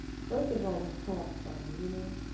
first of all, we talk funny. you know